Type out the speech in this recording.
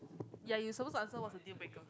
ya you suppose to answer what's a deal breaker